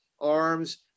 arms